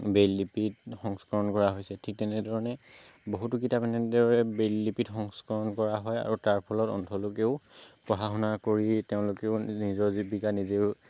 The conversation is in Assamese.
ব্ৰেইল লিপিত সংস্কৰণ কৰা হৈছে ঠিক তেনেধৰণে বহুতো কিতাপ এনেদৰে ব্ৰেইল লিপিত সংস্কৰণ কৰা হয় আৰু তাৰ ফলত অন্ধ লোকেও পঢ়া শুনা কৰি তেওঁলোকেও নিজৰ জীৱিকা নিজেও